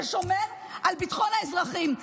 ששומר על ביטחון האזרחים.